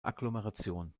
agglomeration